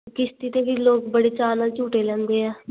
ਕਿਸ਼ਤੀ 'ਤੇ ਵੀ ਲੋਕ ਬੜੇ ਚਾਅ ਨਾਲ ਝੂਟੇ ਲੈਂਦੇ ਆ